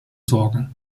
sorgen